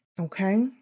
Okay